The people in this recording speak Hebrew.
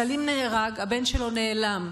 סלים נהרג, הבן שלו נעלם.